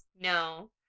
No